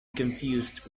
confused